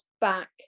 back